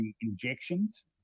injections